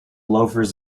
loafers